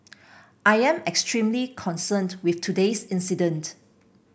I am extremely concerned with today's incident